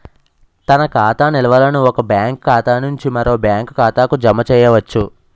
తన ఖాతా నిల్వలను ఒక బ్యాంకు ఖాతా నుంచి మరో బ్యాంక్ ఖాతాకు జమ చేయవచ్చు